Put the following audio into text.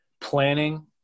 planning